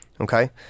Okay